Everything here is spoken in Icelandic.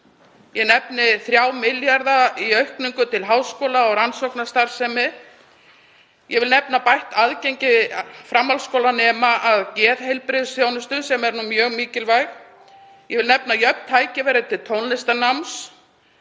Ég nefni 3 milljarða í aukningu til háskóla- og rannsóknastarfsemi. Ég vil nefna bætt aðgengi framhaldsskólanema að geðheilbrigðisþjónustu sem er mjög mikilvæg. Ég vil nefna jöfn tækifæri til tónlistarnáms.